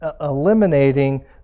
eliminating